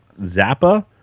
Zappa